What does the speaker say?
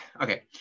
Okay